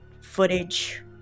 footage